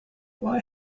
why